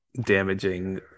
damaging